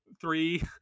three